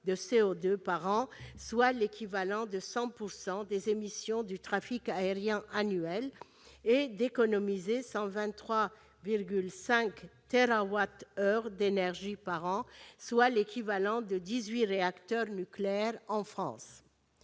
de CO2 par an, soit l'équivalent de 100 % des émissions du trafic aérien annuel, et d'économiser 123,5 térawattheures d'énergie par an, soit l'équivalent de 18 réacteurs nucléaires en France.